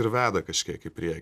ir veda kažkiek į prie